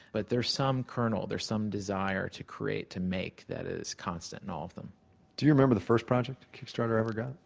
but there's some kernel, there's some desire to create and make that is constant in all of them do you remember the first project kickstarter ever got?